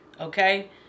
okay